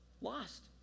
lost